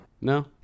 no